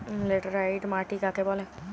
Laterite মাটি কাকে বলে?